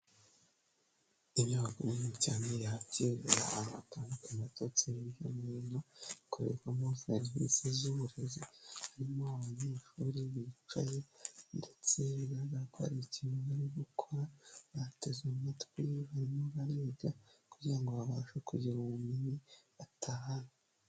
Inyubako nini cyane yakira abantu batandukanye baturutse hirya no hino, ikorerwamo serivisi z'uburezi, harimo abanyeshuri bicaye ndetse bigaragarako hari ikintu bari gukora, bateze amatwi, barimo bariga kugira ngo babashe kugira bumenyi batahana.